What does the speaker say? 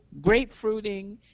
Grapefruiting